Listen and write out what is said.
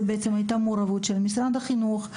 זה בעצם הייתה מעורבות של משרד החינוך,